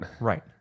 right